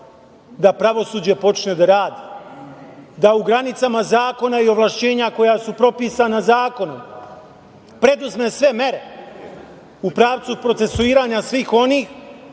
da pravosuđe počne da radu, da u granicama zakona i ovlašćenja koja su propisana zakonom preduzme sve mere u pravcu procesuiranja svih onih